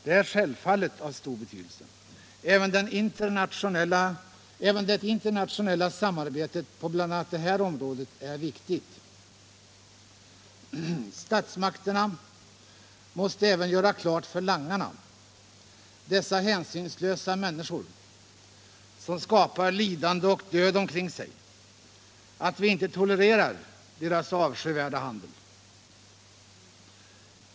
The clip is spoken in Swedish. Det är självfallet av stor betydelse. Även det internationella samarbetet på det här området är viktigt. Statsmakterna måste även göra klart för langarna, dessa hänsynslösa människor som . sprider lidande och död omkring sig, att vi inte tolererar deras avskyvärda handel.